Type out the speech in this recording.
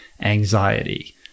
anxiety